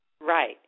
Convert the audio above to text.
Right